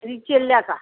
ఇది ఇచ్చి వెళ్ళాక